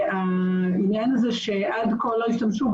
העניין הזה שעד כה לא השתמשו,